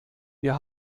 wir